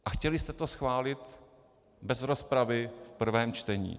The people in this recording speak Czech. A chtěli jste to schválit bez rozpravy v prvém čtení: